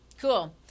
Cool